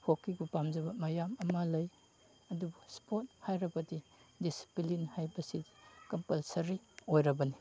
ꯍꯣꯛꯀꯤꯕꯨ ꯄꯥꯝꯖꯕ ꯃꯌꯥꯝ ꯑꯃ ꯂꯩ ꯑꯗꯨꯕꯨ ꯏꯁꯄꯣꯔꯠ ꯍꯥꯏꯔꯕꯗꯤ ꯗꯤꯁꯤꯄ꯭ꯂꯤꯟ ꯍꯥꯏꯕꯁꯤ ꯀꯝꯄꯜꯁꯔꯤ ꯑꯣꯏꯔꯕꯅꯤ